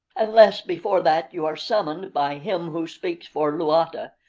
unless before that you are summoned by him who speaks for luata,